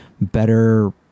better